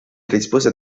rispose